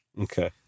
okay